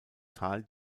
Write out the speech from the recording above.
tal